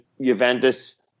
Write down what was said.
Juventus